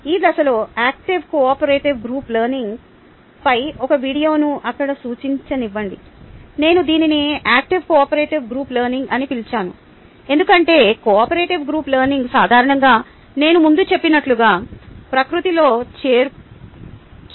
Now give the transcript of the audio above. ఈ దశలో active cooperative group లెర్నింగ్పై ఒక వీడియోను ఇక్కడ సూచించనివ్వండి నేను దీనిని యాక్టివ్ కోఆపరేటివ్ గ్రూప్ లెర్నింగ్ అని పిలిచాను ఎందుకంటే కోఆపరేటివ్ గ్రూప్ లెర్నింగ్ సాధారణంగా నేను ముందు చెప్పినట్లుగా ప్రకృతిలో చురుకుగా ఉంటుంది